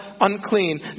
unclean